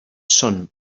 són